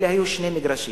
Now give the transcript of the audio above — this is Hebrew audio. אלה היו שני מגרשים.